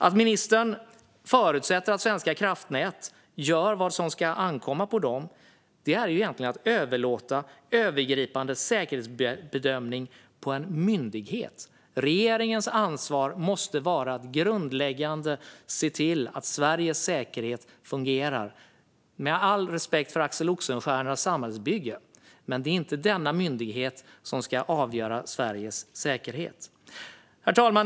Att ministern förutsätter att Svenska kraftnät gör vad som ska ankomma på dem är egentligen att överlåta övergripande säkerhetsbedömning på en myndighet. Regeringens ansvar måste vara att grundläggande se till att Sveriges säkerhet fungerar. Med all respekt för Axel Oxenstiernas samhällsbygge är det inte denna myndighet som ska avgöra Sveriges säkerhet. Herr talman!